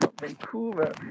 Vancouver